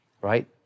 right